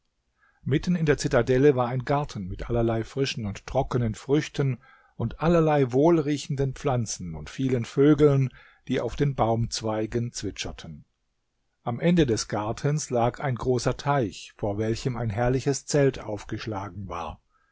mitten in der zitadelle war ein garten mit allerlei frischen und trockenen früchten und allerlei wohlriechenden pflanzen und vielen vögeln die auf den baumzweigen zwitscherten am ende des gartens lag ein großer teich vor welchem ein herrliches zelt aufgeschlagen war